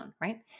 right